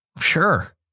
Sure